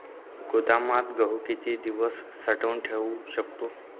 गोदामात गहू किती दिवस साठवून ठेवू शकतो?